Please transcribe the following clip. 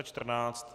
14.